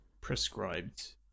prescribed